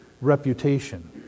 Reputation